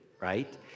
right